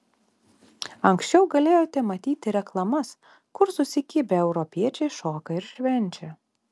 anksčiau galėjote matyti reklamas kur susikibę europiečiai šoka ir švenčia